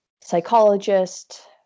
psychologist